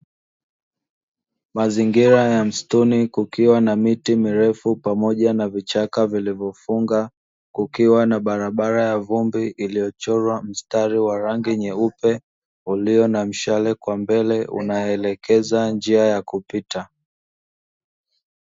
Mazingira ya msituni kukiwa na miti mirefu pamoja na vichaka vilivyofunga, kukiwa na barabara ya vumbi iliyochorwa mstari wa rangi nyeupe, uliyo na mshale kwa mbele unaelekeza njia ya kupita.